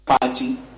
party